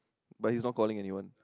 but he's not calling anyone